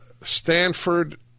Stanford